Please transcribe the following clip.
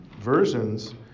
versions